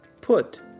Put